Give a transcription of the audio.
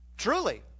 truly